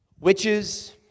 Witches